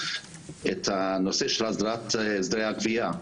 הנושא של הסדרת הסדרי הגבייה.